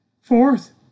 Fourth